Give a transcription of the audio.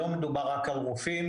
לא מדובר רק על רופאים,